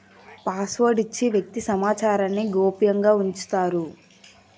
password ఇచ్చి వ్యక్తి సమాచారాన్ని గోప్యంగా ఉంచుతారు